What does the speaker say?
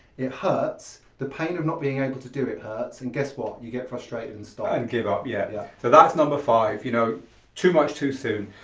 it hurts, the pain of not being able to do it hurts and guess what, you get frustrated and stop. and give up, yeah yeah. so that's number five, you know too much too soon.